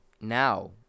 now